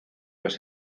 los